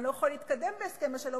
אבל אני לא יכול להתקדם בהסכם השלום,